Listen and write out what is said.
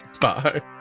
Bye